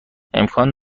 امکان